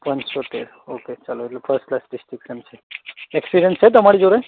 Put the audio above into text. પંચોતેર ઓકે એટલે first class distinction છે એક્સપિરિયન્સ છે તમારી જોડે